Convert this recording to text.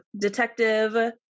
detective